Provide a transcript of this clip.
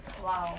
!wow!